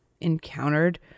encountered